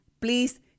Please